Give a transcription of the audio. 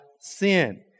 sin